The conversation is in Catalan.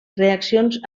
reaccions